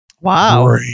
Wow